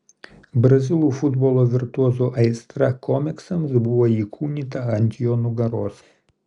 brazilų futbolo virtuozo aistra komiksams buvo įkūnyta ant jo nugaros